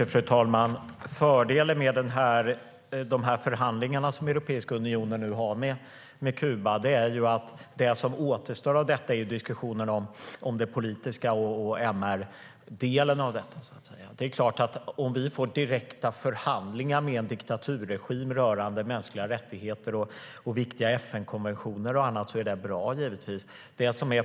Fru talman! Fördelen med de förhandlingar som Europeiska unionen nu har med Kuba är att det som återstår av detta är diskussioner om det politiska och MR-delen. Om vi får direkta förhandlingar med en diktaturregim rörande mänskliga rättigheter, viktiga FN-konventioner och annat är det givetvis bra.